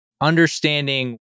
understanding